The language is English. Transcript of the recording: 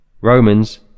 romans